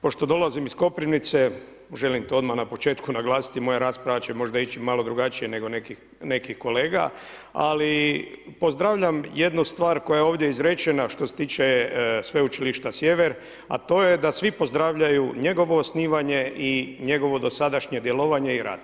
Pošto dolazim iz Koprivnice, želim to odmah na početku naglasiti, moja rasprava će možda ići malo drugačije nego nekih kolega, ali pozdravljam jednu stvar koja je ovdje izrečena što se tiče Sveučilišta Sjever, a to je da svi pozdravljaju njegovo osnivanje i njegovo dosadašnje djelovanje i rad.